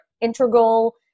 integral